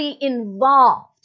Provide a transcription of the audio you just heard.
involved